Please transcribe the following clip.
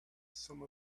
some